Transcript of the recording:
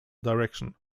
direction